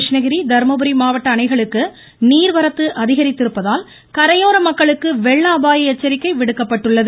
கிருஷ்ணகிரி தருமபுரி மாவட்ட அணைகளுக்கு நீர்வரத்து அதிகரித்திருப்பதால் கரையோர மக்களுக்கு வெள்ள அபாய எச்சரிக்கை விடுக்கப்பட்டுள்ளது